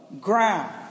ground